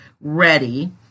ready